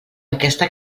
aquesta